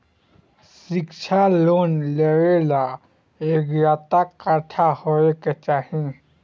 शिक्षा लोन लेवेला योग्यता कट्ठा होए के चाहीं?